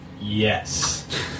Yes